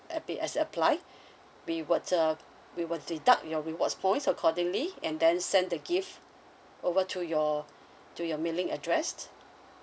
has apply we will uh we will deduct your rewards points accordingly and then send the gift over to your to your mailing address